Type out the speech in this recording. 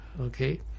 okay